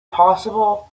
possible